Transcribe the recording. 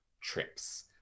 trips